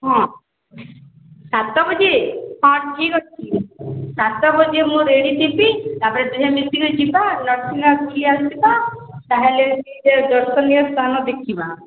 ହଁ ସାତ ବଜେ ହଁ ଠିକ୍ ଅଛି ସାତ ବଜେ ମୁଁ ରେଡ଼ି ଥିବି ତାପରେ ଦୁହେଁ ମିଶିକରି ଯିବା ନରସିଂହନାଥ ବୁଲିଆସିବା ତାହେଲେ ଟିକିଏ ଦର୍ଶନୀୟ ସ୍ଥାନ ଦେଖିବା